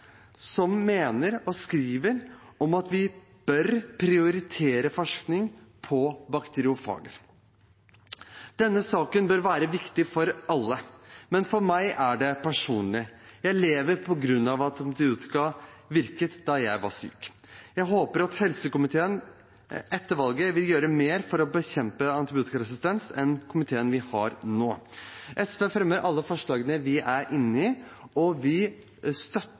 som mener og skriver om at vi bør prioritere forskning på bakteriofager. Denne saken bør være viktig for alle, men for meg er den personlig. Jeg lever fordi antibiotika virket da jeg var syk. Jeg håper at helsekomiteen etter valget vil gjøre mer for å bekjempe antibiotikaresistens enn komiteen vi har nå. SV fremmer alle forslagene vi er inne i, og vi støtter